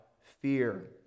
fear